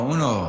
Uno